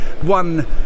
one